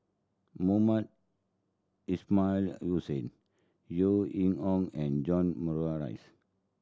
Mohamed Ismail Hussain Yeo Ing Hong and John Morrice